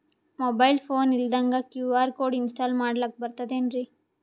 Mobile phone ಇಲ್ದಂಗ QR code install ಮಾಡ್ಲಕ ಬರ್ತದೇನ್ರಿ?